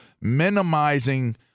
minimizing